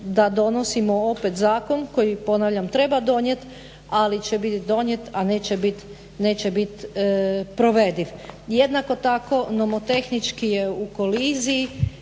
da donosimo opet zakon koji ponavljam treba donijeti ali će biti donijet, a neće biti provediv. Jednako tako nomotehnički je u koliziji